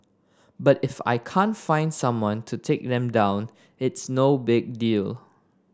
but if I can't find someone to take them down it's no big deal